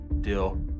deal